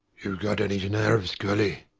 youve got on his nerves, colly.